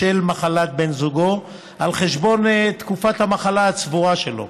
בשל מחלת בן זוגו על חשבון תקופת המחלה הצבורה שלו.